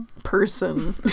Person